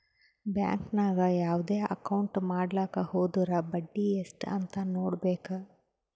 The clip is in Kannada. ಬ್ಯಾಂಕ್ ನಾಗ್ ಯಾವ್ದೇ ಅಕೌಂಟ್ ಮಾಡ್ಲಾಕ ಹೊದುರ್ ಬಡ್ಡಿ ಎಸ್ಟ್ ಅಂತ್ ನೊಡ್ಬೇಕ